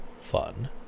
fun